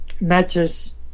matches